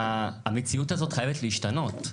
המציאות הזאת חייבת להשתנות.